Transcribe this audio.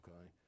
okay